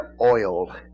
oil